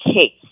case